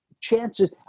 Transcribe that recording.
chances